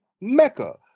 Mecca